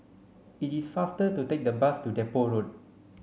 it is faster to take the bus to Depot Road